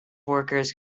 workers